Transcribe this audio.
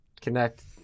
connect